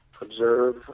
observe